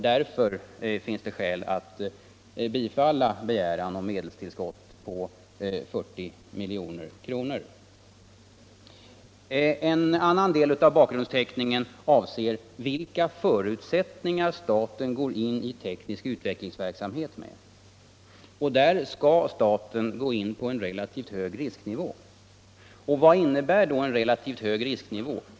Därför finns det skäl att bifalla denna begäran om medelstillskott på 40 milj.kr. En annan del av bakgrundsteckningen avser frågan med vilka förutsättningar staten går in i teknisk utvecklingsverksamhet. Där skall staten gå in på en relativt hög risknivå. Vad innebär då en relativt hög risknivå?